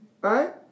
Right